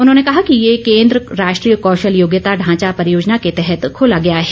उन्होंने कहा कि ये केन्द्र राष्ट्रीय कौशल योग्यता ढांचा परियोजना के तहत खोला गया है